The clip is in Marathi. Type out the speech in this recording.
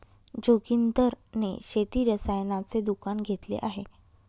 जोगिंदर ने शेती रसायनाचे दुकान घेतले आहे